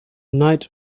night